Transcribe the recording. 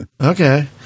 Okay